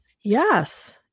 Yes